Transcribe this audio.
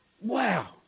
Wow